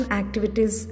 activities